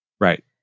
Right